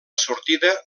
sortida